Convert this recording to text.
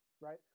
right